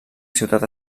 ciutat